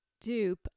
dupe